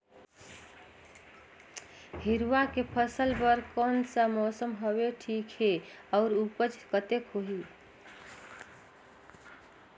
हिरवा के फसल बर कोन सा मौसम हवे ठीक हे अउर ऊपज कतेक होही?